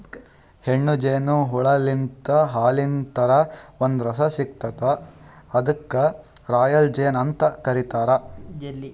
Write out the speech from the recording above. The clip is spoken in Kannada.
ಹೆಣ್ಣ್ ಜೇನು ಹುಳಾಲಿಂತ್ ಹಾಲಿನ್ ಥರಾ ಒಂದ್ ರಸ ಸಿಗ್ತದ್ ಅದಕ್ಕ್ ರಾಯಲ್ ಜೆಲ್ಲಿ ಅಂತ್ ಕರಿತಾರ್